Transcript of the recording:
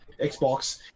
Xbox